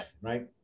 right